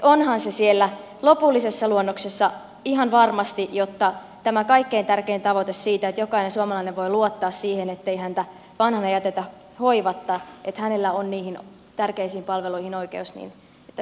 onhan se siellä lopullisessa luonnoksessa ihan varmasti jotta tämä kaikkein tärkein tavoite että jokainen suomalainen voi luottaa siihen ettei häntä vanhana jätetä hoivatta että hänellä on niihin tärkeisiin palveluihin oikeus sieltä löytyy